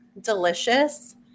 delicious